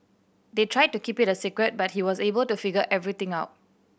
they tried to keep it a secret but he was able to figure everything out